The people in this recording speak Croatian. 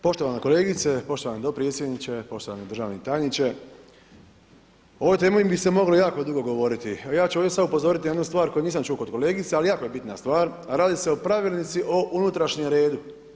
Poštovana kolegice, poštovani dopredsjedniče, poštovani državni tajniče, o ovoj temi bi se moglo jako dugo govoriti a ja ću ovdje sad upozoriti na jednu stvar koju nisam čuo kod kolegice a jako je bitna stvar, a radi se o Pravilnici o unutrašnjem redu.